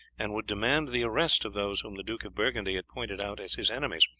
and would demand the arrest of those whom the duke of burgundy had pointed out as his enemies.